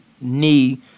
knee